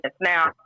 Now